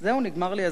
נגמר לי הזמן?